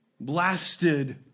blasted